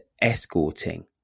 escorting